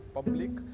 Public